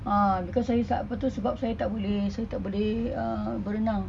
ah because saya sa~ apa tu sebab saya tak boleh ah berenang